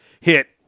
hit